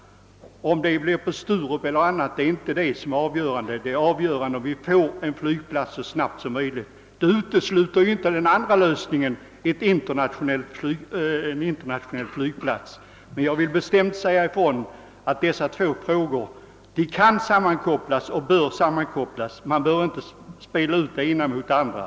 Om den flygplatsen förlägges till Sturup eller till någon annan plats är inte det avgörande, utan det viktiga är att vi så snabbt som möjligt får en annan flygplats. Detta utesluter emellertid inte den andra lösningen, en internationell flygplats, men jag vill bestämt hävda att de båda frågorna kan och bör sammankopplas. Man skall inte spela ut den ena mot den andra.